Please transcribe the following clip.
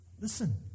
Listen